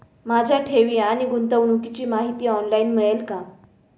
माझ्या ठेवी आणि गुंतवणुकीची माहिती ऑनलाइन मिळेल का?